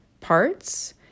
parts